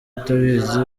utabizi